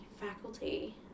faculty